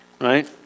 Right